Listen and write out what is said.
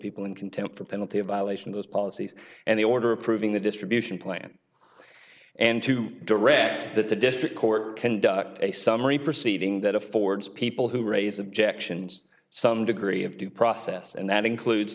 people in contempt for penalty a violation of those policies and the order approving the distribution plan and to direct that the district court conduct a summary proceeding that affords people who raise objections some degree of due process and that includes